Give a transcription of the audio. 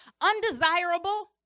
Undesirable